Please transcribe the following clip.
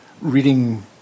reading